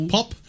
Pop